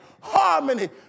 harmony